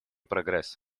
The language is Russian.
прогресса